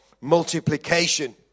multiplication